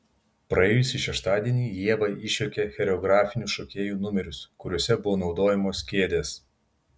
praėjusį šeštadienį ieva išjuokė choreografinius šokėjų numerius kuriuose buvo naudojamos kėdės